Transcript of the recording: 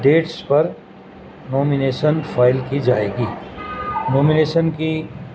dates پر nomination file کی جائے گی نومینییشن کی